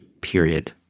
period